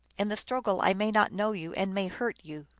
in the struggle i may not know you, and may hurt you.